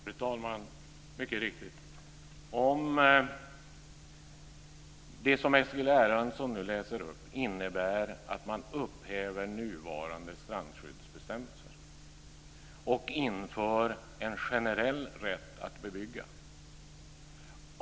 Fru talman! Mycket riktigt! Det som Eskil Erlandsson nu läser upp innebär att man upphäver nuvarande strandskyddsbestämmelser och inför en generell rätt att bebygga.